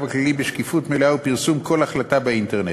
הכללי בשקיפות מלאה ופרסום כל החלטה באינטרנט.